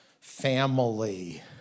family